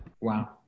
Wow